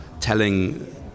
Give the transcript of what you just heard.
telling